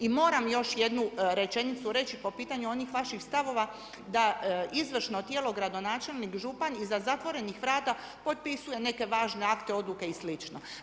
I moram još jednu rečenicu reći po pitanju onih vaših stavova da izvršno tijelo gradonačelnik župan iza zatvorenih vrata potpisuje neke važne akte, odluke i slično.